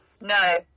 No